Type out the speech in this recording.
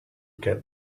get